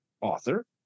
author